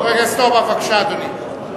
חבר הכנסת אורבך, בבקשה, אדוני.